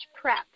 prep